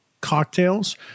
cocktails